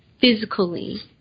physically